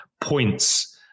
points